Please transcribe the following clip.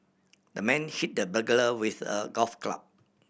the man hit the burglar with a golf club